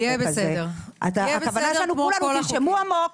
תנשמו עמוק.